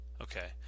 okay